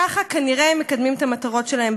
ככה כנראה הם מקדמים את המטרות שלהם,